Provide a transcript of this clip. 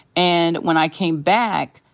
and when i came back,